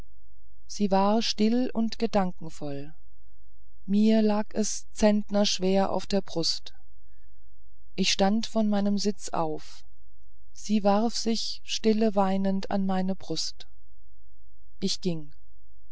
sie war still und gedankenvoll mir lag es zentnerschwer auf der brust ich stand von meinem sitz auf sie warf sich stille weinend an meine brust ich ging